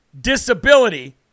disability